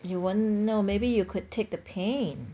you won't know maybe you could take the pain